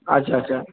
আচ্ছা আচ্ছা